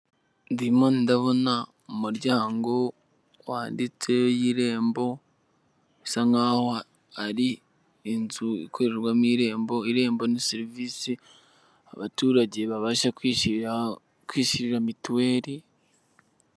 Ndimo ndabona umuryango wanditseho irembo, bisa nk'aho ari inzu ikorerwamo irembo. Irembo ni serivisi abaturage babasha kwishyuriraho mituweli.